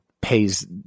pays